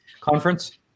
conference